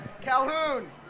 Calhoun